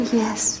yes